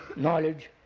knowledge,